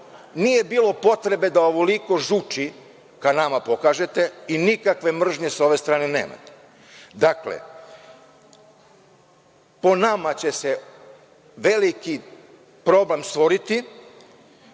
Nije bilo potrebe da ovoliko žuči ka nama pokažete i nikakve mržnje sa ove strane nemate. Po nama će se veliki problem stvoriti